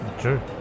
True